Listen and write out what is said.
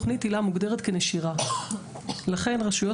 תוכנית היל"ה מוגדרת כנשירה לכן רשויות